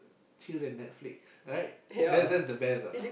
chill and Netflix right that's that's the best ah